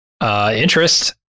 Interest